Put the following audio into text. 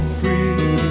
free